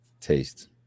taste